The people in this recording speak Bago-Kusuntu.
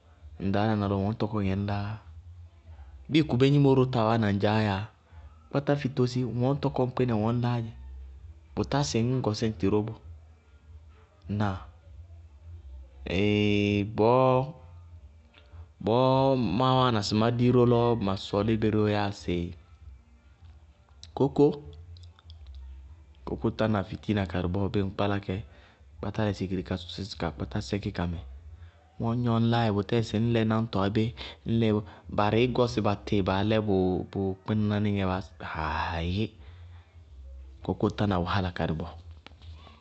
Ŋ ɖaálaná lɔ mɔ ŋwɛ ŋñ tɔkɔŋɛ ŋñ lááyá, bíɩ kubé gnimo ró taa wáana ŋdzaá yáa, kpátá fi tósi, ŋwɛ ŋñ tɔkɔ ŋ pkínɛ ŋwɛ ŋñláádzɛ. Ŋnáa? Bʋtá sɩ ñ gɔsí ŋtɩ ró bɔɔ. Bʋʋ má wáana sɩ má dí bɩ ró lɔ ma sɔɔlí bɩ ró yáa sɩ kókó, kókó tána fitiina karɩ bɔɔ bíɩ ŋ kpála kɛ, kpátá lɛ sikiri ka sísí ka kpátá sɛkí kamɛ, ŋwɛ ŋñ gnɔ ŋñlááyɛ bʋtɛɛ sɩ ñ barɩí gɔsɩ batɩ baá lɛ bʋ kpínaná nɩŋɛ baáɩs aayí, kókó tána wahála karɩ bɔɔ.